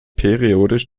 periodisch